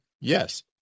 Yes